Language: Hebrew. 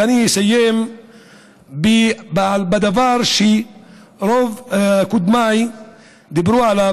אני אסיים בדבר שרוב קודמיי דיברו עליו,